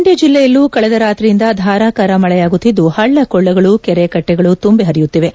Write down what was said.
ಮಂಡ್ಯ ಜಿಲ್ಲೆಯಲ್ಲೂ ಕಳೆದ ರಾತ್ರಿಯಿಂದ ಧಾರಾಕಾರ ಮಳೆಯಾಗುತ್ತಿದ್ದು ಹಳ್ಳ ಕೊಳ್ಳಗಳು ಕೆರೆ ಕಟ್ಟೆಗಳು ತುಂಬಿ ಹರಿಯುತ್ತಿವೆ